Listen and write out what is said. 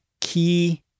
key